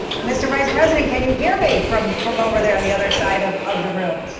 mr. vice president, can you hear me from from over there the other side of of the room?